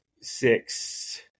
six